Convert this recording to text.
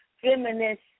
feminist